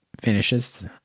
finishes